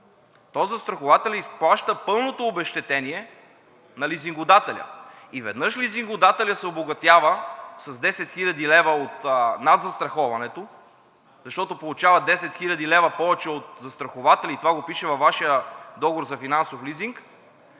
то застрахователят изплаща пълното обезщетение на лизингодателя. Веднъж лизингодателят се обогатява с 10 хил. лв. от надзастраховането, защото получава 10 хил. лв. повече от застрахователя и това го пише във Вашия договор за финансов лизинг,